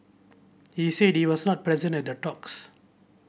he said he was not present at the talks